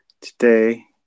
Today